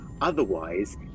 otherwise